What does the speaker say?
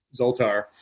Zoltar